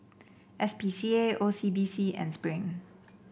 S P C A O C B C and Spring